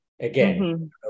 again